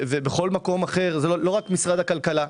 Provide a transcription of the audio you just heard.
ובכל מקום אחר, וזה לא רק משרד הכלכלה.